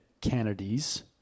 Kennedys